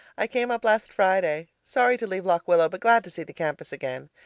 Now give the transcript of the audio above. i came up last friday, sorry to leave lock willow, but glad to see the campus again.